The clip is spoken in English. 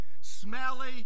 smelly